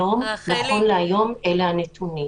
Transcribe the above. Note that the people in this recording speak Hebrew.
התקדמות.